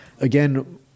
again